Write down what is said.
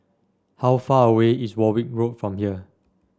how far away is Warwick Road from here